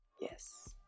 Yes